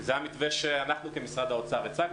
זה המתווה שאנחנו כמשרד האוצר הצגנו.